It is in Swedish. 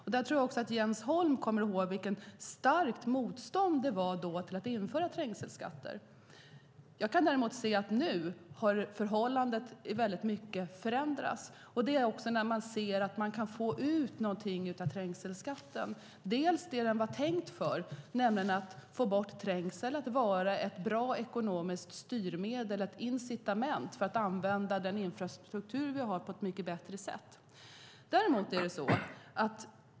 Jag tror att också Jens Holm kommer ihåg vilket starkt motstånd det var mot att införa trängselskatter. Nu har dock förhållandet i mycket ändrats. Det är också när man kan se att man kan få ut något av trängselskatten. Det handlar om det den var tänkt för, nämligen att få bort trängsel och att vara ett ekonomiskt styrmedel, ett incitament, för att använda den infrastruktur vi har på ett bättre sätt.